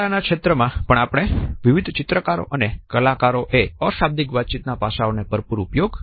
કળાના ક્ષેત્રમાં પણ આપણે વિવિધ ચિત્રકારો અને કલાકારોએ અશાબ્દિક વાતચીત ના પાસાઓનો ભરપૂર ઉપયોગ કર્યો છે